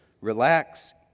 Relax